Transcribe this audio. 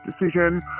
decision